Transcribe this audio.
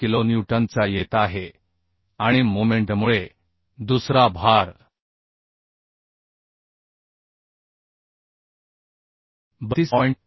75 किलोन्यूटनचा येत आहे आणि मोमेंटमुळे दुसरा भार 32